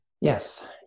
Yes